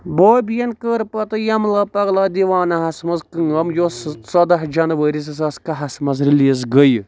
بوبی یَن کٔر پتہٕ یملا پگلا دیوانہٕ ہَس منٛز کٲم یۅس ژۅداہ جنوری زٕ ساس کاہس منٛز ریلیٖز گٔیہِ